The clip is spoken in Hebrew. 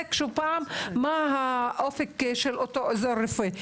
ונתעסק שוב בשאלה מה האופק של אותו עוזר רופא.